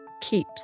keeps